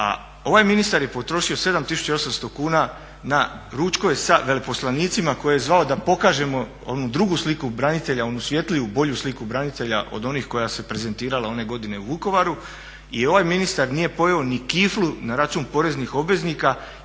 ovaj ministar je potrošio 7800 kuna na ručkove sa veleposlanicima koje je zvao da pokažemo onu drugu sliku branitelja, onu svjetliju, bolju sliku branitelja od onih koja se prezentirala one godine u Vukovaru. I ovaj ministar nije pojeo ni kiflu na račun poreznih obveznika